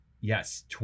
yes